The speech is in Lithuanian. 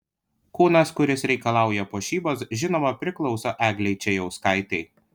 kūnas kuris reikalauja puošybos žinoma priklauso eglei čėjauskaitei